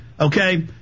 Okay